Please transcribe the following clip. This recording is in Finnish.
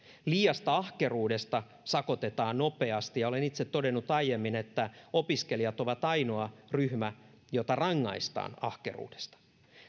liiasta ahkeruudesta sakotetaan nopeasti ja olen itse todennut aiemmin että opiskelijat ovat ainoa ryhmä jota rangaistaan ahkeruudesta